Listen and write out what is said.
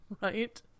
Right